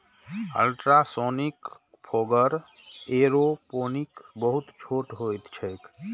ultrasonic fogger aeroponic बहुत छोट होइत छैक